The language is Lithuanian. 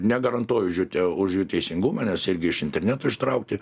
negarantuoju už jų te už jų teisingumą nes irgi iš interneto ištraukti